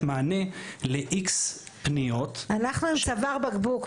מענה ל-X פניות --- אנחנו עם צוואר בקבוק,